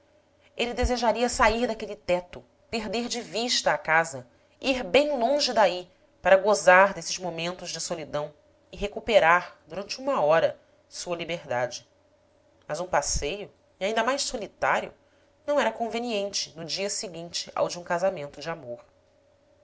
ele desejaria sair daquele teto perder de vista a casa ir bem longe daí para gozar desses momentos de solidão e recuperar durante uma hora sua liberdade mas um passeio e ainda mais solitário não era conveniente no dia seguinte ao de um casamento de amor